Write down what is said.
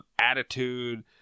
attitude